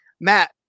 Matt